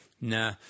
Nah